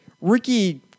Ricky